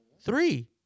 Three